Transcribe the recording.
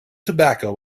tobacco